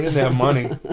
have money.